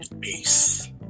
Peace